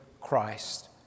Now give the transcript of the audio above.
Christ